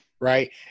Right